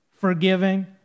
forgiving